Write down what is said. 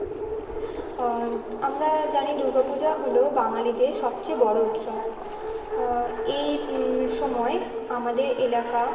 আমরা জানি দুর্গা পূজা হলো বাঙালীদের সবচেয়ে বড়ো উৎসব এই সময় আমাদের এলাকা